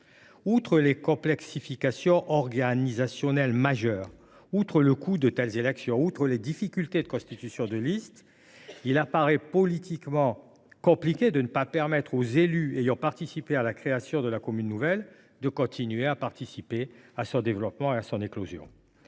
Au delà des complexités organisationnelles majeures, du coût de telles élections, des difficultés de constitution des listes, il est politiquement compliqué d’empêcher les élus ayant participé à la création de la commune nouvelle de continuer à participer à son développement et à son éclosion.